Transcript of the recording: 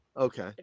okay